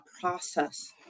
process